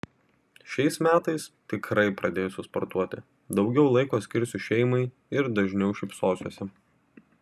šiais metais tikrai pradėsiu sportuoti daugiau laiko skirsiu šeimai ir dažniau šypsosiuosi